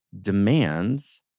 demands